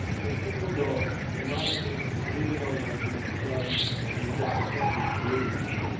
played a pivotal role in my efforts as a community organizer with the jugs and the java champions communities.